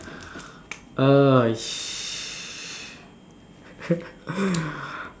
err sh~